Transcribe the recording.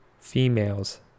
female's